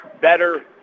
better